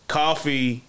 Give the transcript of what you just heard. coffee